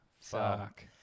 Fuck